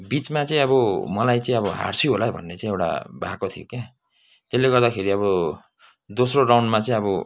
बिचमा चाहिँ अब मलाई चाहिँ अब हार्छु नै होला भन्ने चाहिँ एउटा भएको थियो क्या त्यसले गर्दाखेरि अब दोस्रो राउन्डमा चाहिँ अब